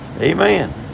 Amen